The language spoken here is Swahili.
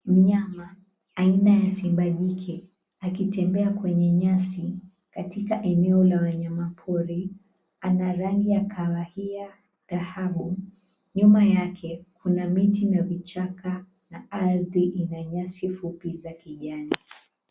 Mnyama aina ya simba jike akitembea kwenye nyasi katika eneo la wanyama pori ana rangi ya kahawia dhahabu nyuma yake kuna miti na vichaka na ardhi ina nyasi fupi za kijani.